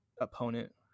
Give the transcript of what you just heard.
opponent